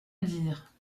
dire